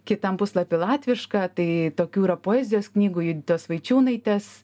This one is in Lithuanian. kitam puslapy latvišką tai tokių yra poezijos knygų juditos vaičiūnaitės